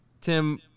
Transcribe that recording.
Tim